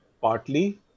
partly